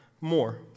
more